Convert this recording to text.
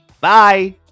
Bye